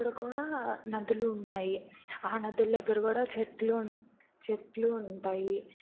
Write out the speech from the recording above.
అక్కడ కూడా నదులు ఉన్నాయి ఆ నదులు దగ్గర కూడా చెట్లు చెట్లు ఉంటాయి